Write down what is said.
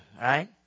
right